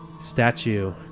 statue